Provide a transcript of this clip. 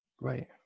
Right